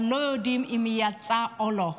אבל לא יודעים אם היא יצאה או לא.